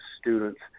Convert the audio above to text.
students